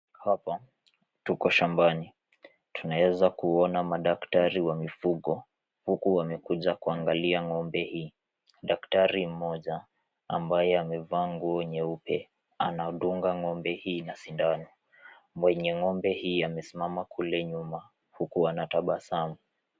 Hapa tuko shambani tunaweza kuona madaktari wa mifugo huku wamekuja kuangalia ngombe hii daktari mmoja ambaye amevaa nguo nyeupe anadunga ngombe hii na sindano mwenye ngombe hii amesimama kule nyuma huku anatabasamu.